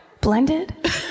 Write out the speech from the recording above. Blended